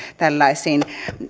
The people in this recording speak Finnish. tällaisiin